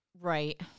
Right